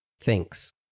Thanks